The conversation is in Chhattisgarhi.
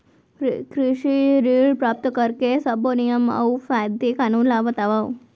कृषि ऋण प्राप्त करेके सब्बो नियम अऊ कायदे कानून ला बतावव?